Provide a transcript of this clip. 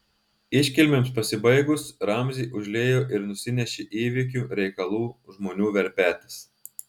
iškilmėms pasibaigus ramzį užliejo ir nusinešė įvykių reikalų žmonių verpetas